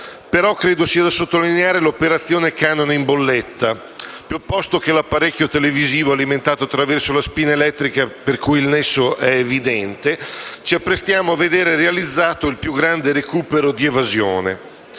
però credo sia da sottolineare l'operazione canone in bolletta: posto che l'apparecchio televisivo alimentato attraverso la spina elettrica per cui il nesso è evidente, ci apprestiamo a vedere realizzato il più grande recupero di evasione.